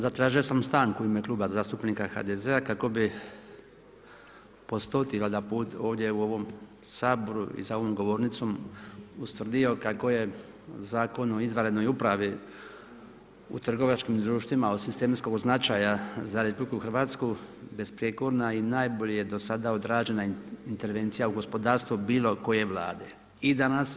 Zatražio sam stanku u ime Kluba zastupnika HDZ-a kako bi po stoti valjda put ovdje u ovom Saboru i za ovom govornicom ustvrdio kako je Zakon o izvanrednoj upravi u trgovačkim društvima od sistemskog značaja za Republiku Hrvatsku besprijekorna i najbolje je do sada odrađena intervencija u gospodarstvu bilo koje vlade i danas.